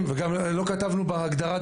גם לא כתבנו בהגדרה,